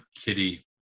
Kitty